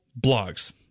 blogs